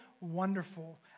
wonderful